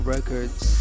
Records